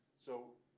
so